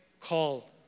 call